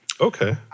Okay